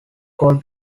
called